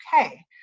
okay